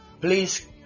please